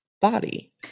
body